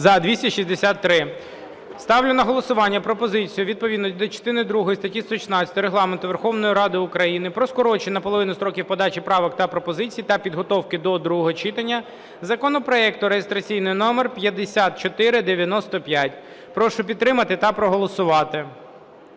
За-263 Ставлю на голосування пропозицію відповідно до частини другої статті 116 Регламенту Верховної Ради України про скорочення наполовину строків подачі правок та пропозицій та підготовки до другого читання законопроекту (реєстраційний номер 5495). Прошу підтримати та проголосувати.